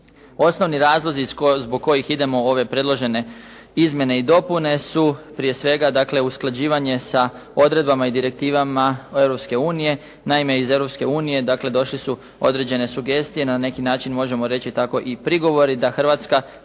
Osnovni razlozi zbog kojih idemo u ove predložene izmjene i dopune su prije svega dakle usklađivanje sa odredbama i direktivama Europske unije. Naime iz Europske unije dakle došle su određene sugestije. Na neki način možemo reći tako i prigovori da Hrvatska